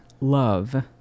love